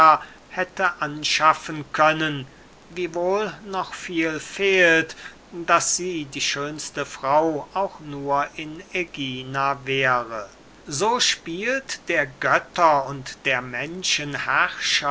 hätte anschaffen können wiewohl noch viel fehlt daß sie die schönste frau auch nur in ägina wäre so spielt der götter und der